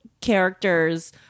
characters